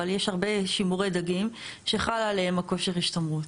אבל יש הרבה שימורי דגים שחל עליהם כושר השתמרות.